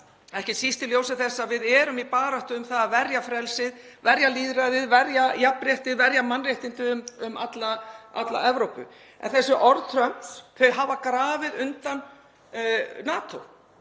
ekki síst í ljósi þess að við erum í baráttu um að verja frelsið, verja lýðræðið, verja jafnrétti, verja mannréttindi um alla Evrópu. En þessi orð Trumps hafa grafið undan NATO.